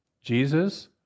Jesus